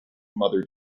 mother